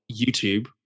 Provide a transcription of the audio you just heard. YouTube